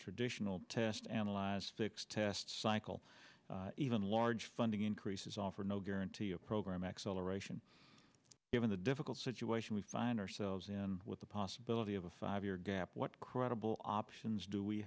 traditional test analyzed six test cycle even large funding increases offer no guarantee a program acceleration given the difficult situation we find ourselves in with the possibility of a five year gap what credible options do we